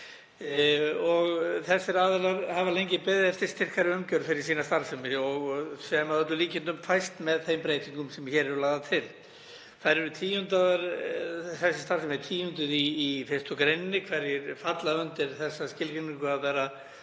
Þessir aðilar hafa lengi beðið eftir styrkari umgjörð fyrir sína starfsemi sem að öllum líkindum fæst með þeim breytingum sem hér eru lagðar til. Þessi starfsemi er tíunduð í 1. gr., þ.e. hverjir falla undir þessa skilgreiningu að vera